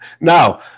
Now